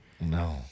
No